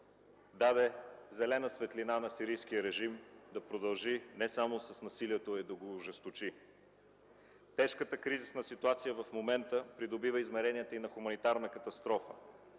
даде зелена светлина на сирийския режим не само да продължи с насилието, а да го ожесточи. Тежката кризисна ситуация в момента придобива измеренията и на хуманитарна катастрофа.